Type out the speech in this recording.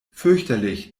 fürchterlich